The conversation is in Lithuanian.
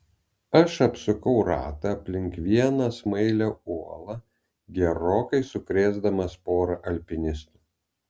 aš apsukau ratą aplink vieną smailią uolą gerokai sukrėsdamas porą alpinistų